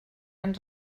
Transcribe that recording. han